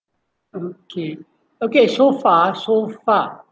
okay okay so far so far